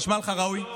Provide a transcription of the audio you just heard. נשמע לך ראוי?